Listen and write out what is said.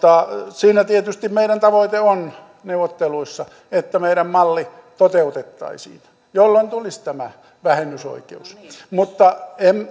siinä tietysti meidän tavoitteemme on neuvotteluissa että meidän mallimme toteutettaisiin jolloin tulisi tämä vähennysoikeus mutta